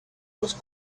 was